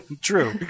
True